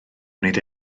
wneud